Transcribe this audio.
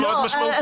זה מאוד משמעותי.